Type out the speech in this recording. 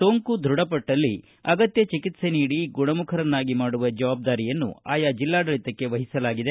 ಸೋಂಕು ದೃಢಪಟ್ಟಲ್ಲಿ ಅಗತ್ಯ ಚಿಕಿತ್ಲೆ ನೀಡಿ ಗುಣಮುಖರನ್ನಾಗಿ ಮಾಡುವ ಜವಾಬ್ದಾರಿಯನ್ನು ಆಯಾ ಜಿಲ್ಲಾಡಳಿತಕ್ಕೆ ವಹಿಸಲಾಗಿದೆ